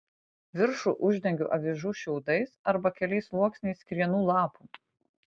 viršų uždengiu avižų šiaudais arba keliais sluoksniais krienų lapų